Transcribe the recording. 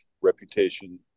reputation